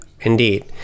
Indeed